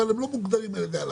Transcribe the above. אבל הם לא מוגדרים על ידי הלמ"ס,